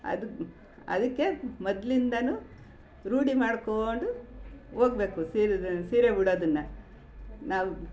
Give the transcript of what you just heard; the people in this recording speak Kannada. ಅದು ಅದಕ್ಕೆ ಮೊದ್ಲಿಂದಲೂ ರೂಢಿ ಮಾಡಿಕೊಂಡು ಹೋಗ್ಬೇಕು ಸೀರೆ ಸೀರೆ ಉಡೋದನ್ನು ನಾವು